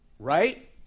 Right